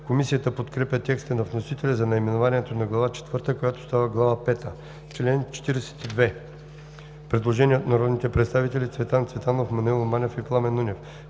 Комисията подкрепя текста на вносителя за наименованието на Глава четвърта, която става Глава пета. Предложение от народните представители Цветан Цветанов, Маноил Манев и Пламен Нунев.